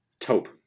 Taupe